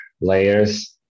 layers